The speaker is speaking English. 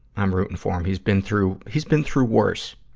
i'm rooting for him. he's been through, he's been through worse.